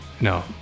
No